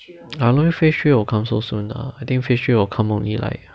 I don't think phase three will come so soon lah I think phase three will come only like